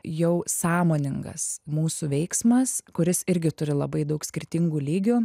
jau sąmoningas mūsų veiksmas kuris irgi turi labai daug skirtingų lygių